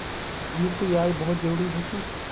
UPI बहुत जरूरी है की?